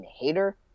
hater